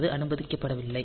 இது அனுமதிக்கப்படவில்லை